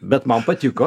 bet man patiko